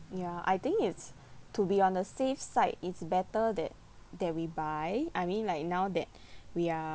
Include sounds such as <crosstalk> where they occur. ya I think it's to be on the safe side it's better that that we buy I mean like now that <breath> we are